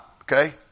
Okay